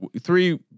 three